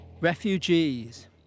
Refugees